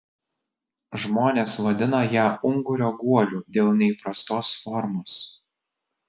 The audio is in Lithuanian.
žmonės vadina ją ungurio guoliu dėl neįprastos formos